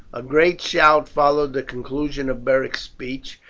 a great shout followed the conclusion of beric's speech,